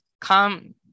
come